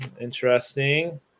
Interesting